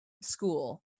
school